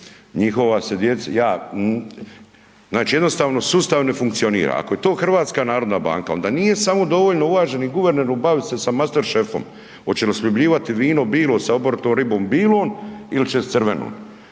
njihova se djeca, ja, znači jednostavno sustav ne funkcionira. Ako je to HNB onda nije samo dovoljno uvaženi guverneru baviti se sa masterchef-om, oće li sljubljivati vino bilo sa obrnutom ribom bilom il će s crvenom,